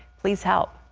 please help.